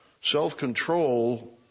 Self-control